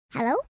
Hello